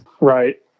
right